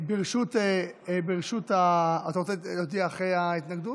אתה רוצה להודיע אחרי ההתנגדות?